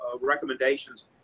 recommendations